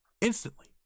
Instantly